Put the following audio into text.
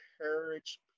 encourage